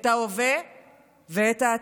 את ההווה ואת העתיד.